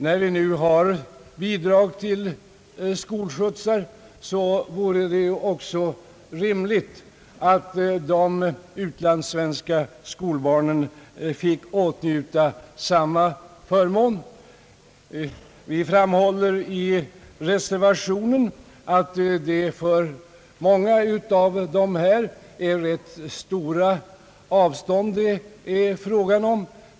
När det nu lämnas bidrag till skolskjutsar i Sverige vore det ju också rimligt att de utlandssvenska skolbarnen fick åtnjuta samma förmån. Vi framhåller i reservationen att det är fråga om rätt stora avstånd för många av dessa barn.